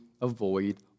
avoid